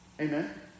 Amen